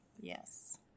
Yes